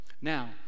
Now